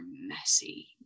messy